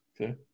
Okay